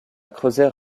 creuser